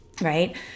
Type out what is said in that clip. right